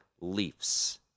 Leafs